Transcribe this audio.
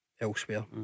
elsewhere